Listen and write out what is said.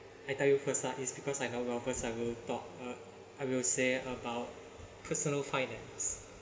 I tell you first lah it's because I'm not well versed I will talk ah I will say about personal finance